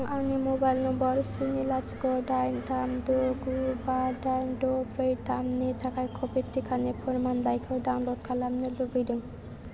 आं आंनि mobile number स्नि लाथिख' दाइन थाम द' गु बा दाइन द' ब्रै थामनि थाखाय क'भिड टिकानि फोरमानलाइखौ डाउनल'ड खालामनो लुबैदों